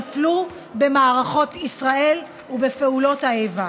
נפלו במערכות ישראל ובפעולות האיבה.